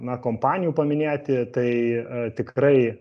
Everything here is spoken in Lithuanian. na kompanijų paminėti tai tikrai